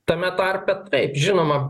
tame tarpe taip žinoma